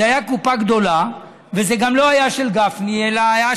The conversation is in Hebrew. זה היה קופה גדולה, וזה גם לא היה של גפני אלא של